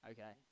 Okay